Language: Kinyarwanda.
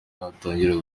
natangira